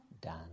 Dan